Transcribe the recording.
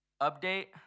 update